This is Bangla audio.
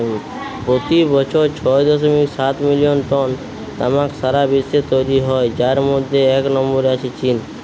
পোতি বছর ছয় দশমিক সাত মিলিয়ন টন তামাক সারা বিশ্বে তৈরি হয় যার মধ্যে এক নম্বরে আছে চীন